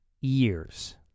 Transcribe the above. years